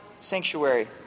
sanctuary